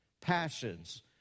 passions